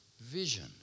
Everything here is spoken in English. vision